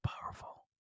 powerful